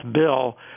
bill